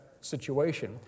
situation